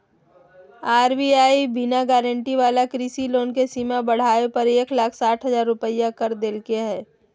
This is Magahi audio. आर.बी.आई बिना गारंटी वाला कृषि लोन के सीमा बढ़ाके एक लाख साठ हजार रुपया कर देलके हें